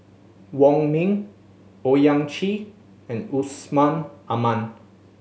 Wong Ming Owyang Chi and Yusman Aman